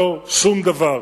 לא יעזור שום דבר.